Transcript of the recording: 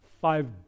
five